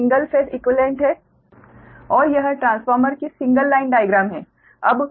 यह single phase equivalent है और यह ट्रांसफार्मर की सिंगल लाइन डाइग्राम है